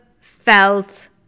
felt